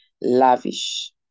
lavish